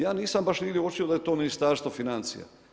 Ja nisam baš nigdje uočio da je to Ministarstvo financija.